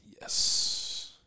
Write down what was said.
Yes